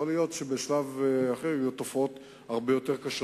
יכול להיות שבשלב אחר יהיו תופעות הרבה יותר קשות